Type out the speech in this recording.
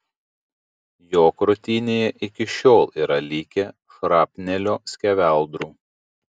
jo krūtinėje iki šiol yra likę šrapnelio skeveldrų